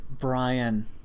Brian